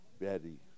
Betty